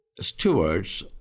stewards